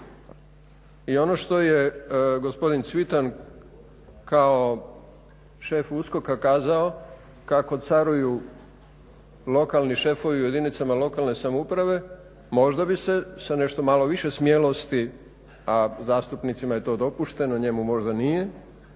I ono što je gospodin Cvitan kao šef USKOK-a kazao kako caruju lokalni šefovi u jedinice lokalne samouprave možda bi se sa nešto malo više smjelosti, a zastupnicima je to dopušteno njemu možda nije,